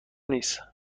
نیست